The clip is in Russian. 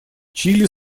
чили